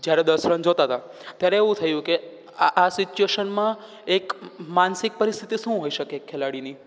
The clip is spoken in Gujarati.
જ્યારે દસ રન જોઈતા હતા ત્યારે એવું થયું કે આ આ સિચવેશનમાં એક માનસિક પરિસ્થિતિ શું હોઈ શકે ખેલાડીની